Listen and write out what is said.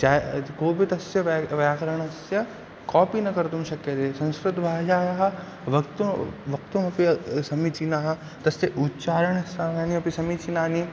छाया कोपि तस्य व्या व्याकरणस्य कापि न कर्तुं शक्यते संस्कृतभाषायाः वक्तुम् वक्तुमपि समीचीना तस्य उच्चारणस्थानानि अपि समीचीनानि